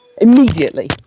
immediately